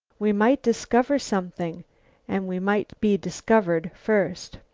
we might discover something and we might be discovered first.